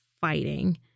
fighting